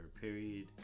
period